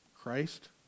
Christ